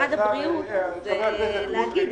חבר הכנסת סמוטריץ',